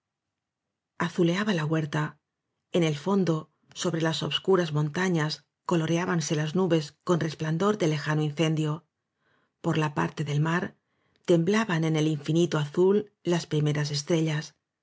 azuleaba la huerta en el fondo sobre las obscuras montañas coloreábanse las nubes con resplandor de lejano incendio por la parte del mar temblaban en el infinito azul las pri meras estrellas